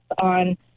on